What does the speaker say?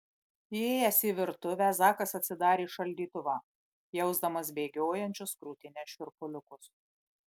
įėjęs į virtuvę zakas atsidarė šaldytuvą jausdamas bėgiojančius krūtine šiurpuliukus